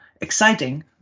exciting